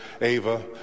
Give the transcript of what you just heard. Ava